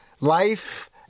Life